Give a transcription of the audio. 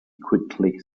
quickly